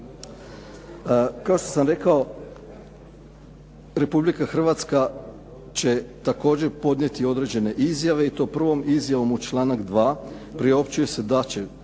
Kao što sam rekao Republika Hrvatska će također podnijeti određene izjave i to prvom izjavom u članak 2. priopćuje se da će